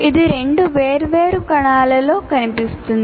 ఇది రెండు వేర్వేరు కణాలలో కనిపిస్తుంది